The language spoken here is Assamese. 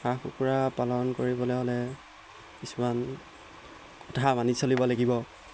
হাঁহ কুকুৰা পালন কৰিবলৈ হ'লে কিছুমান কথা মানি চলিব লাগিব